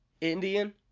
Indian